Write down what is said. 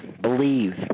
believe